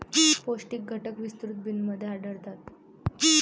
पौष्टिक घटक विस्तृत बिनमध्ये आढळतात